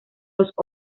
los